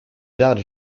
data